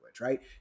Right